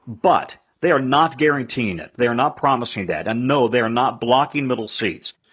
but they are not guaranteeing it. they are not promising that. and no, they are not blocking middle seats.